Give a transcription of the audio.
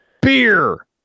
beer